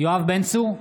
יואב בן צור,